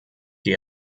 die